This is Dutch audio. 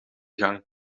gang